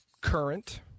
Current